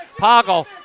Poggle